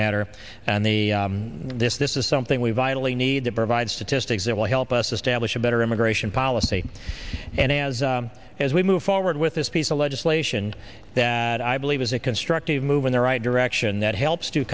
matter and the this this is something we vitally needed provides to to sig's it will help us establish a better immigration policy and as as we move forward with this piece of legislation that i believe is a constructive move in the right direction that helps to